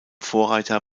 vorreiter